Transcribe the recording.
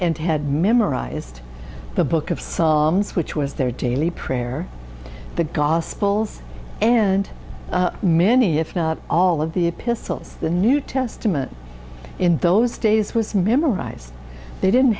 and had memorized the book of psalms which was their daily prayer the gospels and many if not all of the epistles the new testament in those days was memorized they didn't